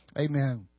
amen